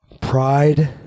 Pride